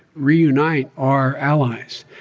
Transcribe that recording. reunite our allies.